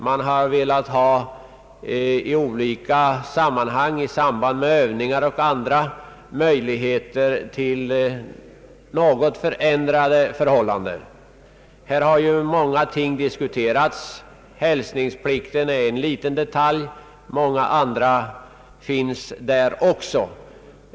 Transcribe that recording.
I olika sammanhang, t.ex. i samband med övningar, har vi velat skapa möjligheter till något förändrade förhållanden. Här har många ting diskuterats. Hälsningsplikten är en liten detalj. Många andra finns där också.